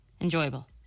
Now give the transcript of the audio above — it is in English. enjoyable